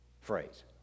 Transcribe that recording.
phrase